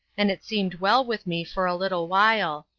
and it seemed well with me for a little while.